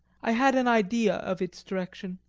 i had an idea of its direction,